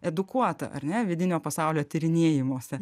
edukuota ar ne vidinio pasaulio tyrinėjimuose